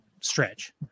stretch